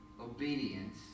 obedience